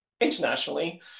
internationally